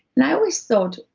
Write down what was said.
and i always thought,